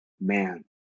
man